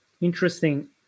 Interesting